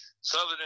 Southern